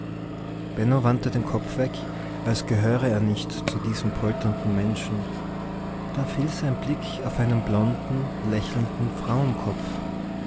wandte den kopf weg als gehöre er nicht zu diesem polternden menschen da fiel sein blick auf einen blonden lächelnden